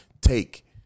take